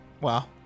Wow